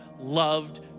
loved